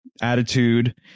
attitude